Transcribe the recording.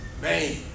man